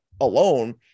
alone